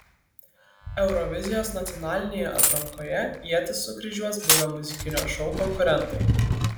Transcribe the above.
eurovizijos nacionalinėje atrankoje ietis sukryžiuos buvę muzikinio šou konkurentai